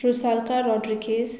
Prusalka Rodrigues